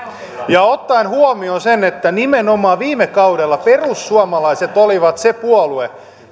ottaen huomioon sen että nimenomaan viime kaudella perussuomalaiset oli se puolue